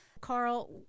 Carl